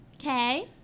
Okay